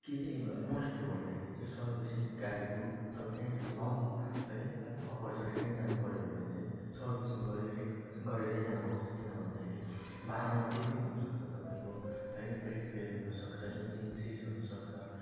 के चाहिँ मोस्ट हो भन्दाखेरि चाहिँ सर्विसिङ गाडीको तपाईँ त्यही लङ है अपर्झट काहीँ जानुपर्यो भने चाहिँ सर्विसिङ गरेर क गरेरै जानुहोस् किन भन्दाखेरि बाटोमा जे पनि हुनसक्छ तपाईँको है ब्रेक फेल हुनसक्छ इन्जिन सिज हुनुसक्छ